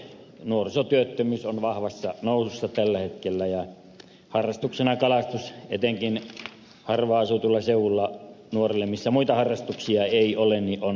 nuorisotyöttömyys on vahvassa nousussa tällä hetkellä ja harrastuksena kalastus etenkin harvaanasutulla seudulla nuorelle missä muita harrastuksia ei ole on todella merkittävä